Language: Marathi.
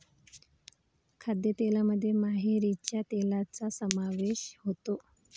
खाद्यतेलामध्ये मोहरीच्या तेलाचा समावेश होतो